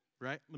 Right